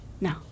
No